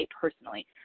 personally